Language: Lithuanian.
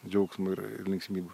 džiaugsmo ir ir linksmybių